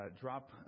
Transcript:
drop